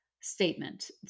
statement